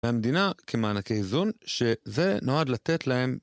והמדינה, כמענקי איזון, שזה נועד לתת להם